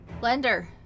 Blender